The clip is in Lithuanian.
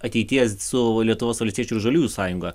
ateities su lietuvos valstiečių ir žaliųjų sąjunga